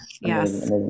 Yes